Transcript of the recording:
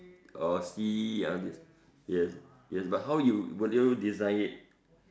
orh sea all this yes yes but how you would you design it